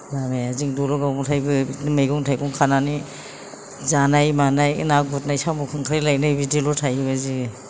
लामाया जों दल'गावआव थायो बिदिनो मैगं थाइगं खानानै जानाय मानाय ना गुरनाय साम' खांख्राइ लायनाय बिदिल' थायोमोन जि